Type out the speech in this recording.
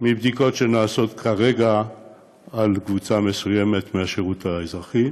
מבדיקות שנעשות כרגע על קבוצה מסוימת מהשירות האזרחי,